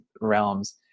realms